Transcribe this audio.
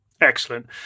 excellent